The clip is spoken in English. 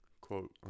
quote